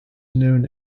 known